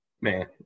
Man